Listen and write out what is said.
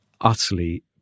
Utterly